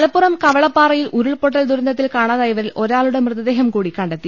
മലപ്പുറം കവളപ്പാറയിൽ ഉരുൾപൊട്ടൽ ദുരന്തത്തിൽ കാണാതായവരിൽ ഒരാളുടെ മൃതദേഹംകൂടി കണ്ടെത്തി